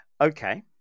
Okay